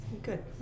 Good